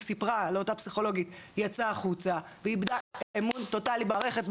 סיפרה לאותה פסיכולוגית יצא החוצה והיא איבדה אמון טוטאלי במערכת,